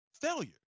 failure